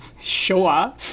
Sure